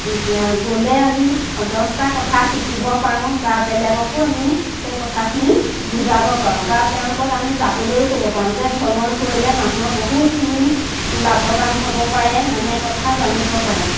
গ'লে আমি দহটা কথা শিকিব পাৰোঁ বা বেলেগকো আমি সেই কথাখিনি বুজাব পাৰোঁ বা তেওঁলোকক আমি যাবলৈও ক'ব পাৰোঁ যে ভ্ৰমণ কৰিলে মানুহৰ বহুতখিনি লাভৱান হ'ব পাৰে মানে কথা জানিব পাৰে